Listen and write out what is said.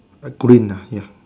a green uh ya